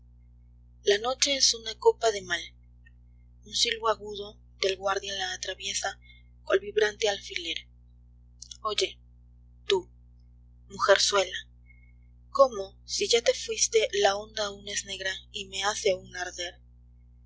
la noche es una copa de mal un silbo agudo del guardia la atraviesa cual vibrante alfiler oye tú mujeizuela cómo si ya te fuiste la onda aun es negra y me hace aún arder